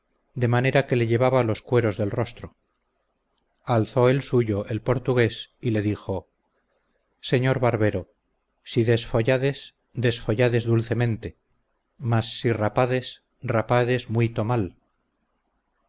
de manera que le llevaba los cueros del rostro alzó el suyo el portugués y le dijo señor barbero si desfollades desfollades dulcemente mais si rapades rapades muito mal